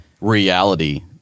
reality